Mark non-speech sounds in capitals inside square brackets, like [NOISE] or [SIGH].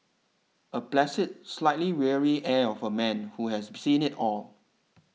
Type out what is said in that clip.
a placid slightly weary air of a man who has [UNINTELLIGIBLE] seen it all